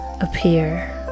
appear